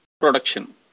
production